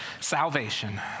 salvation